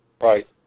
Right